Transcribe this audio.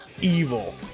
Evil